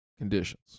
conditions